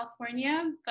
California